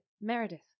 Meredith